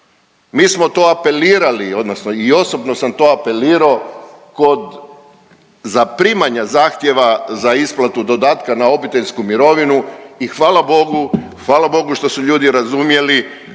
Mi smo to apelirali odnosno i osobno sam to apelirao kod zaprimanja zahtjeva za isplatu dodatka na obiteljsku mirovinu i hvala Bogu, hvala Bogu što su ljudi razumjeli